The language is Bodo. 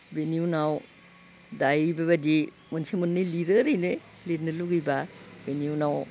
बेनि उनाव दायो बेबायदि मोनसे मोननै लिरो ओरैनो लिरनो लुबैबा बिनि उनाव